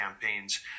campaigns